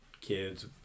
kids